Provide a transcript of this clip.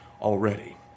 already